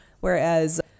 whereas